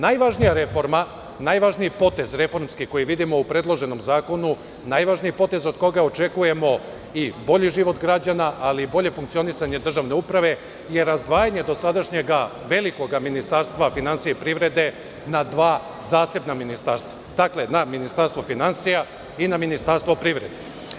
Najvažnija reforma, najvažniji reformski potez koji vidimo u predloženom zakonu, najvažniji potez od koga očekujemo i bolji život građana ali i bolje funkcionisanje državne uprave jeste razdvajanje dosadašnjeg velikog Ministarstva finansija i privrede na dva zasebna ministarstva – na Ministarstvo finansija i na Ministarstvo privrede.